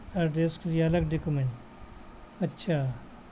address کے لیے الگ ڈیکومنٹ اچھا